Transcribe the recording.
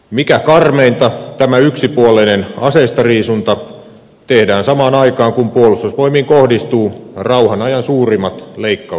mikä karmeinta tämä yksipuolinen aseistariisunta tehdään samaan aikaan kun puolustusvoimiin kohdistuu rauhan ajan suurimmat leikkauspaineet